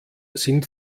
sind